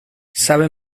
sabe